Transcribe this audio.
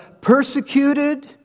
persecuted